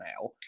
now